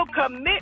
commit